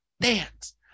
dance